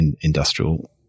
industrial